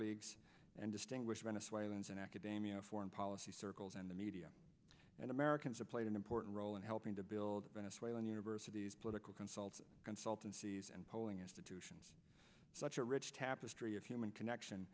leagues and distinguished venezuelans in academia foreign policy circles and the media and americans are played an important role in helping to build venezuelan universities political consulting consultancies and polling institutions such a rich tapestry of human connection